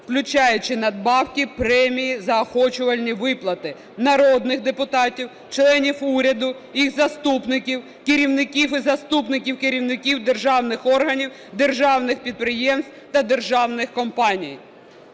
включаючи надбавки, премії, заохочувальні виплати народних депутатів, членів уряду, їх заступників, керівників і заступників керівників державних органів, державних підприємств та державних компаній.